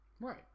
Right